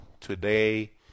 Today